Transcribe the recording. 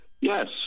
yes